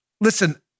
Listen